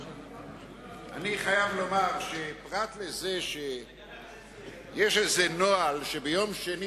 אני חייב לומר שפרט לזה שיש איזה נוהל שביום שני